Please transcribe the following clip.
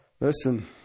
Listen